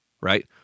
right